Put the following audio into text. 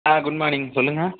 good morning சொல்லுங்கள்